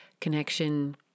connection